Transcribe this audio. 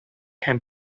can